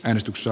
äänestyksessä